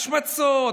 השמצות,